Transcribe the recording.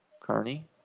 Carney